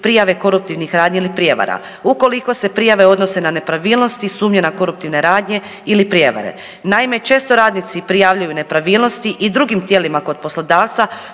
prijave koruptivnih radnji ili prijevara ukoliko se prijave odnose na nepravilnosti, sumnje na koruptivne radnje ili prijevare. Naime, često radnici prijavljuju nepravilnosti i drugim tijelima kod poslodavca